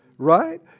Right